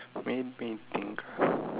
let me think